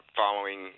following